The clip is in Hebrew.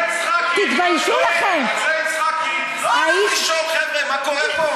יצחקי לא הלך לשאול: חבר'ה מה קורה פה?